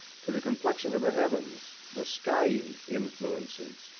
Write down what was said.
to the complexion of the heavens, the skyey influences,